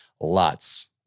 lots